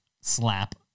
slap